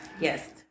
Yes